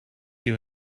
you